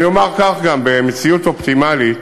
אני אומר כך, גם: במציאות אופטימלית